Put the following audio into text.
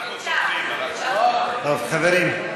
טוב, חברים.